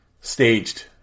Staged